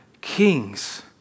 kings